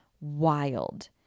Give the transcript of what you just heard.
wild